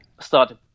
started